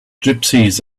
gypsies